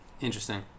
Interesting